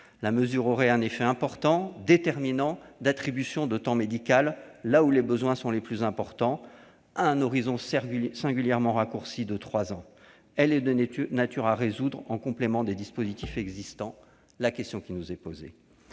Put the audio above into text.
La mesure aurait un effet important et déterminant en termes d'attribution de temps médical, là où les besoins sont les plus importants, à un horizon singulièrement raccourci de trois ans. Elle est de nature à résoudre, en complément des dispositifs existants, la question qui nous est posée.